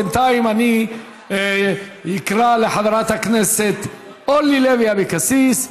בינתיים אני אקרא לחברת הכנסת אורלי לוי אבקסיס.